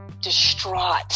distraught